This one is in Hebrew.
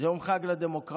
יום חג לדמוקרטיה,